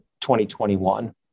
2021